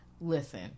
Listen